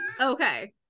okay